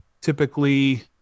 Typically